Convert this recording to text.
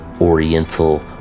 oriental